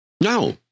No